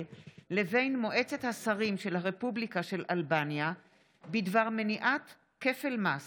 לבין מועצת השרים של הרפובליקה של אלבניה בדבר מניעת כפל מס